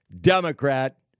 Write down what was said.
Democrat